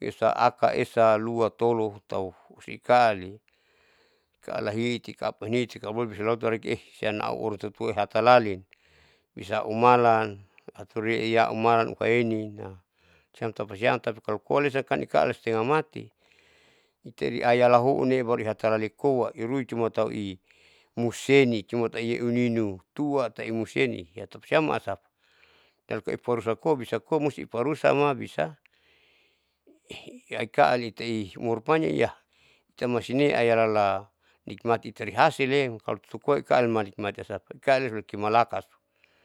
niusaha aka esa lua tolo tahu husi saali itaalahiit kapan hiiti kaloboleh bisalota aureki eh siam au orang tua tua ihakalalin, bisa aumalan ihature umalan uhaenin siam tapasiam tapi kalo koalesa kan ikaalesa stengah mati itarilei ayalahounem ihatalalikoa irui cumatau imuseni cumatau euninu tua tauimuseni tapasiam asapa taueporu lako musti parusakma bisa ikalatei umurpanjang tam maisine ai yalala nikmati ihasilrem autukoaikali mati mati asapa, ikaa roikimalaka